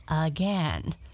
again